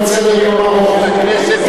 תפנה ליועץ המשפטי של הכנסת,